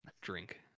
drink